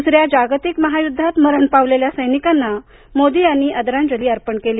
द्सऱ्या जागतिक महायुद्धात मरण पावलेल्या सैनिकांना मोदी यांनी आदरांजली अर्पण केली